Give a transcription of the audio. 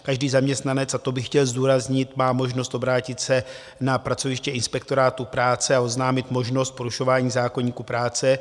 Každý zaměstnanec, a to bych chtěl zdůraznit, má možnost obrátit se na pracoviště Inspektorátu práce a oznámit možnost porušování zákoníku práce.